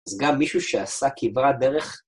אז גם מישהו שעשה קברת דרך...